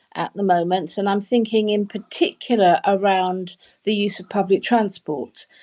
at the moment, and i'm thinking in particular around the use of public transport.